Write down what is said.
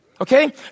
Okay